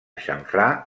xamfrà